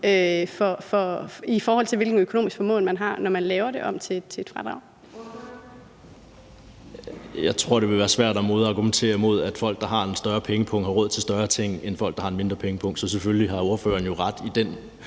formand (Birgitte Vind): Ordføreren. Kl. 15:18 Steffen W. Frølund (LA): Jeg tror, det vil være svært at argumentere imod, at folk, der har en større pengepung, har råd til større ting end folk, der har en mindre pengepung. Så selvfølgelig har ordføreren jo ret i den